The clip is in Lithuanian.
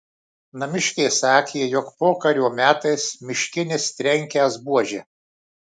namiškiai sakė jog pokario metais miškinis trenkęs buože